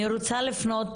אני רוצה לפנות,